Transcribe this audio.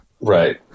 Right